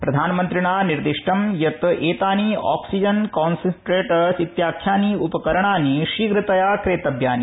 प्रधानमंत्रिणा निर्दिष्टम् यत् एतानि ऑक्सीजन कंसेंट्रेटर्स इत्याख्यानि उपकराणि शीघ्रतया क्रेतव्यानि